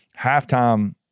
halftime